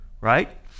right